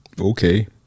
Okay